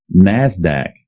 NASDAQ